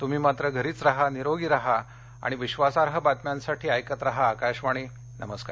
तुम्ही मात्र घरीच राहा निरोगी राहा आणि विश्वासार्ह बातम्यांसाठी ऐकत राहा आकाशवाणी नमस्कार